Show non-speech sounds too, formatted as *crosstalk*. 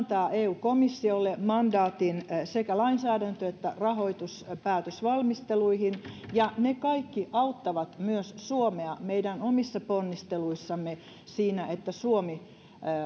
*unintelligible* tämä antaa eu komissiolle mandaatin sekä lainsäädäntö että rahoituspäätösvalmisteluihin ja ne kaikki auttavat myös suomea meidän omissa ponnisteluissamme siinä että suomi